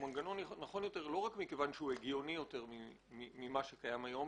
הוא מנגנון נכון יותר לא רק מכיוון שהוא הגיוני יותר ממה שקיים היום,